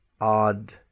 odd